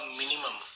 minimum